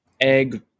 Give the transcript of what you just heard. Egg